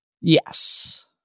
Yes